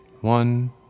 one